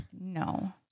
No